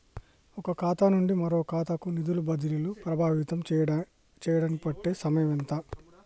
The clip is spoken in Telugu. ఒక ఖాతా నుండి మరొక ఖాతా కు నిధులు బదిలీలు ప్రభావితం చేయటానికి పట్టే సమయం ఎంత?